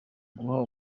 guha